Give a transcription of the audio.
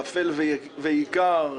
טפל ועיקר,